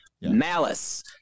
Malice